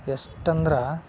ಎಷ್ಟಂದ್ರೆ